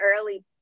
early